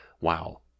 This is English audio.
wow